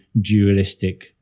dualistic